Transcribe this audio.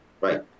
Right